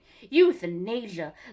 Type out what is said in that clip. euthanasia